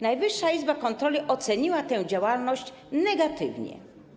Najwyższa Izba Kontroli oceniła tę działalność negatywnie.